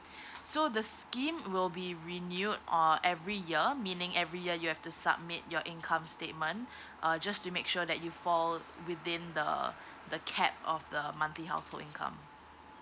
so the scheme will be renewed on every year meaning every year you have to submit your income statement uh just to make sure that you fall within the the cap of the monthly household income